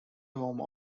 home